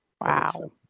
Wow